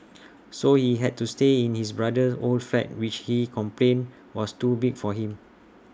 so he had to stay in his brother's old flat which he complained was too big for him